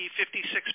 56